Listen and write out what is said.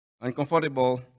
uncomfortable